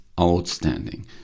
outstanding